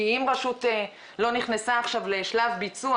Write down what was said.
כי אם רשות לא נכנסה עכשיו לשלב ביצוע